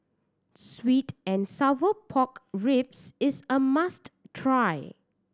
sweet and sour pork ribs is a must try